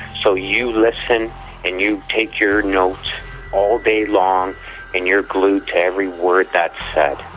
so you listen and you take your notes all day long and you're glued to every word that's said.